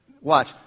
Watch